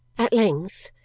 at length,